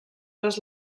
les